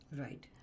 Right